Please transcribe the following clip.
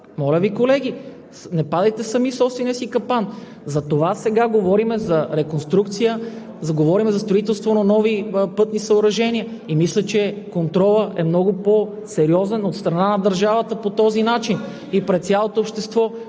Моля Ви, колеги, не падайте сами в собствения си капан. Затова сега говорим за реконструкция, говорим за строителство на нови пътни съоръжения и мисля, че контролът е много по-сериозен от страна на държавата по този начин – и пред цялото общество.